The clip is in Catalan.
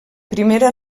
primera